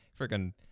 Freaking